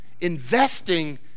investing